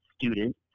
student